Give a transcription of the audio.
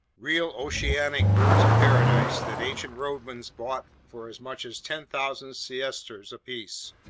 real oceanic birds of paradise that ancient romans bought for as much as ten thousand sesterces apiece,